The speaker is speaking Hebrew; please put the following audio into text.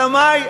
אלא מאי?